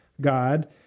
God